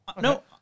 No